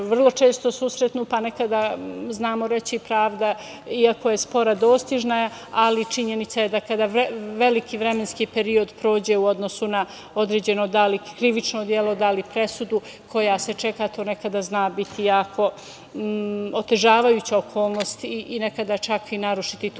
vrlo često susretnu, pa nekada znamo reći „pravda, iako je spora, dostižna je“. Ali, činjenica je da kada veliki vremenski period prođe u odnosu na određeno da li krivično delo, da li presudu koja se čeka, to nekada zna biti jako otežavajuća okolnost i nekada čak i narušiti tuđe